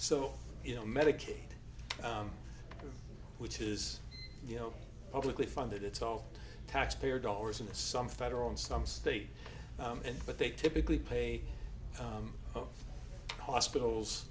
so you know medicaid which is you know publicly funded it's all taxpayer dollars in some federal and some state and but they typically pay hospitals